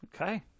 okay